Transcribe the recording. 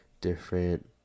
different